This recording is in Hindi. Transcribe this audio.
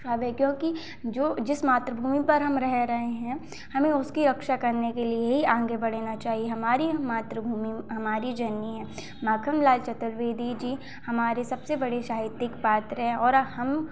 ख़्वाब है क्योंकि जो जिस मातृभूमि पर हम रह रहे हैं हमें उसकी रक्षा करने के लिए ही आगे बढ़ना चाहिए हमारी मातृभूमि हमारी जननी है माखनलाल चतुर्वेदी जी हमारे सबसे बड़े साहित्यिक पात्र हैं और हम